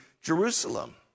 Jerusalem